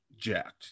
Jacked